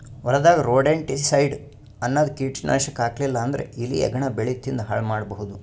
ಹೊಲದಾಗ್ ರೊಡೆಂಟಿಸೈಡ್ಸ್ ಅನ್ನದ್ ಕೀಟನಾಶಕ್ ಹಾಕ್ಲಿಲ್ಲಾ ಅಂದ್ರ ಇಲಿ ಹೆಗ್ಗಣ ಬೆಳಿ ತಿಂದ್ ಹಾಳ್ ಮಾಡಬಹುದ್